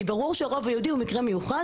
כי ברור שרובע היהודי הוא מקרה מיוחד